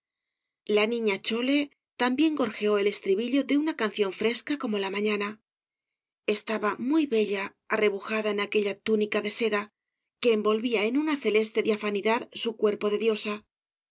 la niña chole también gorjeó el estribillo de una canción fresca como la mañana estaba muy bella y arrebujada en aquella túnica de seda que envolvía en una celeste diafanidad su cuerpo de diosa